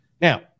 now